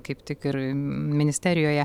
kaip tik ir ministerijoje